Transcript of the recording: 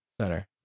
Center